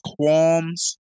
qualms